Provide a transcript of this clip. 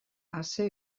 ase